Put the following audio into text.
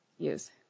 use